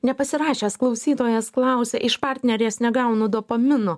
nepasirašęs klausytojas klausia iš partnerės negaunu dopamino